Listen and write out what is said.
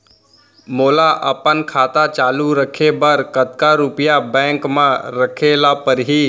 मोला अपन खाता चालू रखे बर कतका रुपिया बैंक म रखे ला परही?